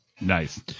Nice